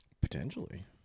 Potentially